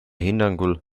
hinnangul